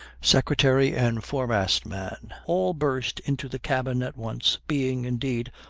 secretary and fore-mast man, all burst into the cabin at once, being, indeed,